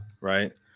Right